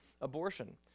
abortion